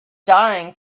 dying